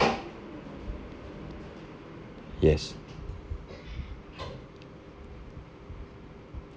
yes